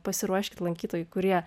pasiruoškit lankytojai kurie